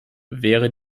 wäre